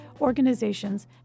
organizations